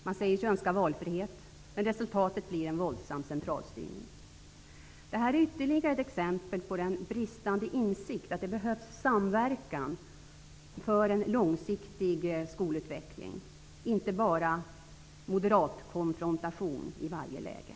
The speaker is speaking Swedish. Man säger sig önska valfrihet, men resultatet blir en våldsam centralstyrning. Detta är ytterligare ett exempel på den bristande insikten om att det behövs samverkan för en långsiktig skolutveckling, inte bara moderatkonfrontation i varje läge.